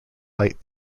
light